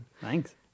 Thanks